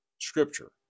scripture